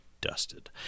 dusted